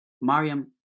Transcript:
Mariam